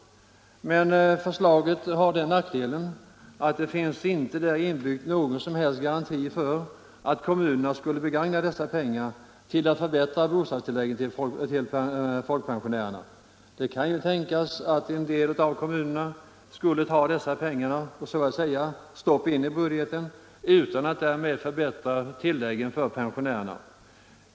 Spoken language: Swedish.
Förslaget har den nackdelen att det inte finns någon som helst garanti för att kommunerna skulle begagna dessa pengar till att förbättra bostadstillägget för folkpensionärerna. Det kan ju tänkas att en del av kommunerna skulle stoppa dessa medel i budgeten utan att därmed förbättra tilläggen för pensionärerna.